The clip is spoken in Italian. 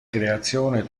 creazione